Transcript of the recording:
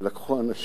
לקחו אנשים,